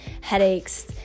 headaches